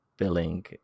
Billing